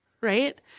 right